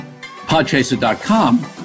podchaser.com